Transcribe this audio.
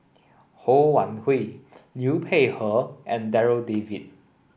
Ho Wan Hui Liu Peihe and Darryl David